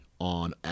on